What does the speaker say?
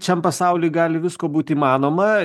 šiam pasauly gali visko būt įmanoma